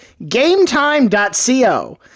GameTime.co